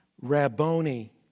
Rabboni